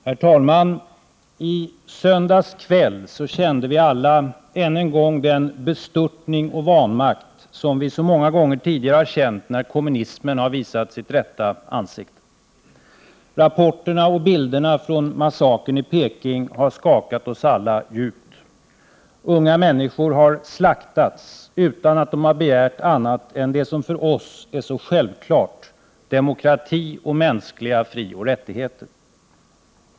Herr talman! I söndags kväll kände vi alla än en gång den bestörtning och vanmakt som vi så många gånger tidigare har känt när kommunismen visar sitt rätta ansikte. Rapporterna och bilderna från massakern i Peking har skakat oss djupt. Unga människor har slaktats utan att de har begärt annat än det som för oss är så självklart: demokrati och mänskliga frioch rättigheter.